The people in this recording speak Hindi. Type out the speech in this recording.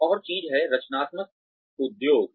एक और चीज है रचनात्मक उद्योग